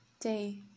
day